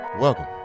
Welcome